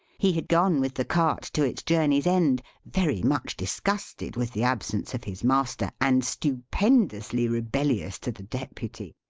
he had gone with the cart to its journey's-end, very much disgusted with the absence of his master, and stupendously rebellious to the deputy.